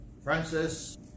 Francis